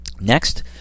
next